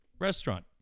restaurant